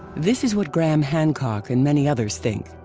this is what graham hancock and many others think.